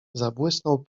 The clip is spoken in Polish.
zabłysnął